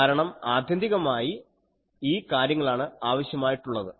കാരണം ആത്യന്തികമായി ഈ കാര്യങ്ങളാണ് ആവശ്യമായിട്ടുള്ളത്